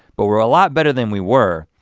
but we're a lot better than we were.